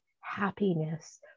happiness